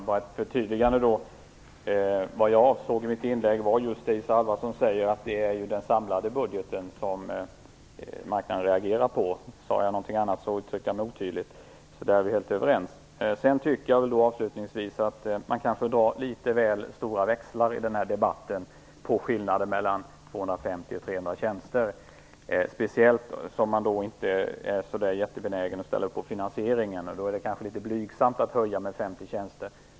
Herr talman! Låt mig bara göra ett förtydligande. I mitt inlägg avsåg jag just det Isa Halvarsson säger, nämligen att det är den samlade budgeten som marknaden reagerar på. Sade jag något annat uttryckte jag mig otydligt. Där är vi helt överens. Avslutningsvis tycker jag att man kanske drar litet väl stora växlar i den här debatten på skillnaden mellan 250 och 300 tjänster, speciellt som man inte är så benägen att ställa upp på finansieringen. Då är det litet blygsamt att höja med 50 tjänster.